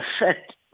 effect